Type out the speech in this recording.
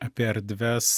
apie erdves